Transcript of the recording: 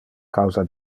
causa